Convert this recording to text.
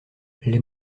les